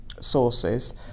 sources